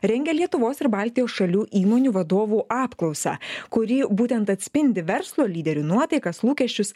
rengia lietuvos ir baltijos šalių įmonių vadovų apklausą kuri būtent atspindi verslo lyderių nuotaikas lūkesčius